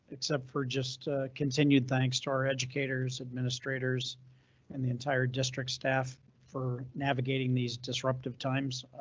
except for just continued thanks to our educators, administrators and the entire district staff for navigating these disruptive times,